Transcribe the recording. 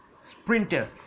sprinter